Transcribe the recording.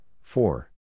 four